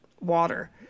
water